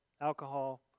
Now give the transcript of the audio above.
alcohol